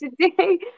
today